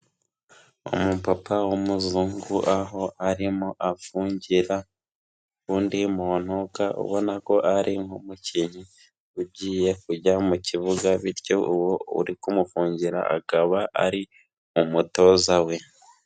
Umupapa w'umuzungu, aho arimo afungira undi muntu ga, ubona ko ari nk'umukinnyi ugiye kujya mu kibuga, bityo uwo uri kumufungira akaba ari umutoza we.